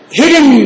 hidden